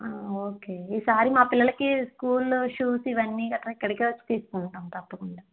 okay ఈసారి మా పిల్లలకి స్కూలు షూస్ ఇవన్నీ గట్ర ఇక్కడికి వచ్చి తీసుకుంటాం తప్పకుండా